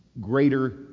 greater